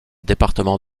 département